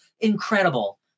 incredible